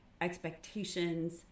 expectations